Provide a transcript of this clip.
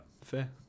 Fair